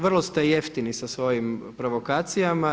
Vrlo ste jeftini sa svojim provokacijama.